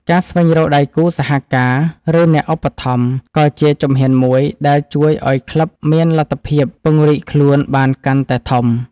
ការស្វែងរកដៃគូសហការ ឬអ្នកឧបត្ថម្ភ ក៏ជាជំហានមួយដែលជួយឱ្យក្លឹបមានលទ្ធភាពពង្រីកខ្លួនបានកាន់តែធំ។